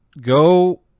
go